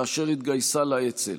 כאשר התגייסה לאצ"ל.